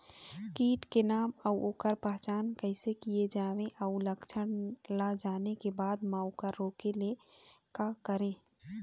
कीट के नाम अउ ओकर पहचान कैसे किया जावे अउ लक्षण ला जाने के बाद मा ओकर रोके ले का करें?